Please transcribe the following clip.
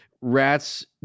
rats